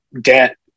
debt